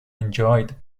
enjoyed